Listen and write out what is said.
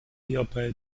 hierbei